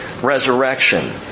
resurrection